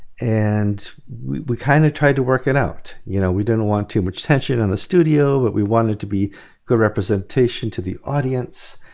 and we kind of tried to work it out. you know we don't want too much attention on the studio but we wanted to be a good representation to the audience,